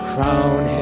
Crown